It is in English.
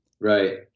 Right